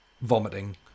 vomiting